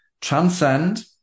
transcend